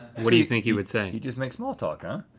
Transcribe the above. what do you think he would say? just make small talk huh?